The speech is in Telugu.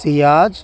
సియాజ్